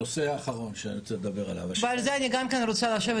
נושא האחרון שאני רוצה לדבר עליו --- ועל זה אני גם כן רוצה לשבת,